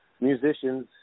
musicians